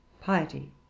piety